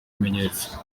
bimenyetso